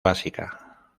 básica